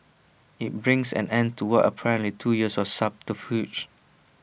IT brings an end to what was apparently two years of subterfuge